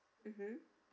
mmhmm